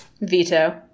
Veto